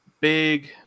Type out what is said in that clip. big